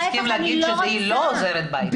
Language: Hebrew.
אתם צריכים להגיד שהיא לא עוזרת בית.